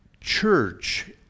church